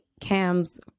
Cam's